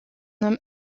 homme